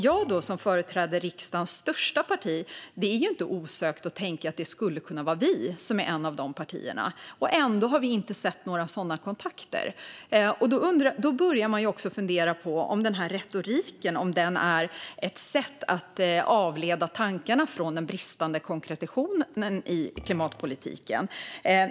Jag företräder riksdagens största parti - det är ju inte långsökt att tänka att vi skulle kunna vara ett av dessa partier. Ändå har vi inte sett några sådana kontakter. Då börjar man ju fundera på om denna retorik är ett sätt att avleda tankarna från den bristande konkretionen i klimatpolitiken.